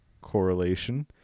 correlation